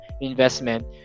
investment